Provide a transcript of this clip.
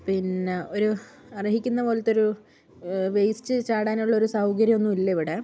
പിന്നെ ഒരു അർഹിക്കുന്ന പോലെത്തൊരു വേസ്റ്റ് ചാടാനുള്ളൊരു സൗകര്യമൊന്നുമില്ല ഇവിടെ